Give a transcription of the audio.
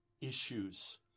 issues